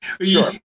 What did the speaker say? Sure